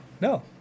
No